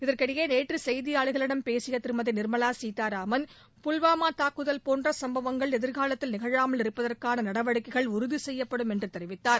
இதற்கிடையே நேற்று செய்தியாளர்களிடம் பேசிய திருமதி நிர்மலா சீதாராமன் புல்வாமா தாக்குதல் போன்ற சம்பவங்கள் எதிர்காலத்தில் நிகழாமல் இருப்பதற்கான நடவடிக்கைகள் உறுதி செய்யப்படும் என்று தெரிவித்தார்